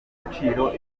agaciro